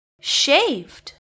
shaved